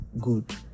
good